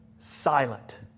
silent